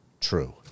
true